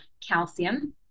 calcium